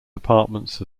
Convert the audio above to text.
departments